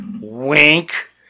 Wink